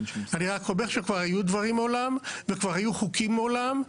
אני רק אומר שכבר היו דברים מעולם וכבר היו חוקים מעולם.